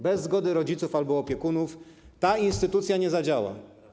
Bez zgody rodziców albo opiekunów ta instytucja nie zadziała.